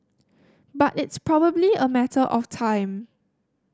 but it's probably a matter of time